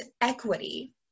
equity